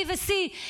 B ו-C.